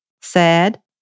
Sad